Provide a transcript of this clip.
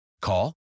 Call